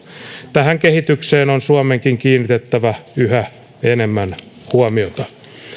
tähän kehitykseen on suomenkin kiinnitettävä yhä enemmän huomiota